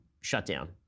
shutdown